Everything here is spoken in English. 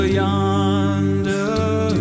yonder